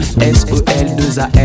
S-E-L-2-A-R